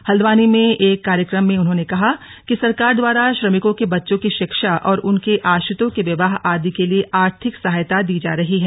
हल्द्वानी में एक कार्यक्रम में उन्होंने कहा कि सरकार द्वारा श्रमिकों के बच्चों की शिक्षा और उनके आश्रितों के विवाह आदि के लिए आर्थिक सहायता दी जा रही है